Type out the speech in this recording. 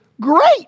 Great